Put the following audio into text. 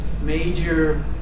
major